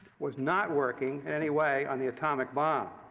was not working in any way on the atomic bomb.